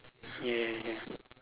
ya ya ya